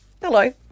Hello